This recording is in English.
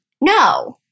No